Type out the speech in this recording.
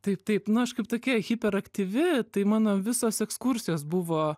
taip taip nu aš kaip tokia hiperaktyvi tai mano visos ekskursijos buvo